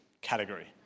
category